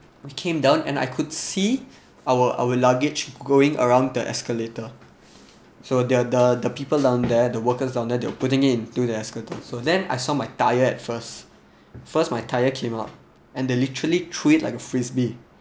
we came down and I could see our our luggage going around the escalator so they're the people down there the workers down there they were putting it into the esca~ so then I saw my tire at first first my tire came up and they literally threw it like a frisbee